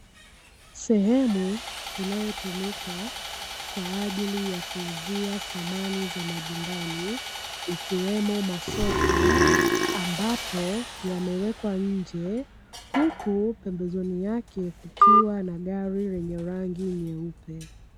Sehemu inayotumika kwaajili ya kuuzia samani za majumbani, ikiwemo masofa ambapo yamewekwa nje, huku pembezoni yake kukiwa na gari lenye rangi nyeupe.